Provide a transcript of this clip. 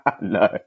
no